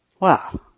Wow